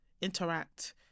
interact